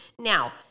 Now